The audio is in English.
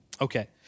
Okay